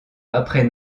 après